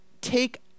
take